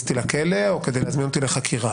אותי לכלא או כדי להזמין אותי לחקירה.